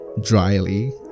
dryly